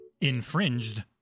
Infringed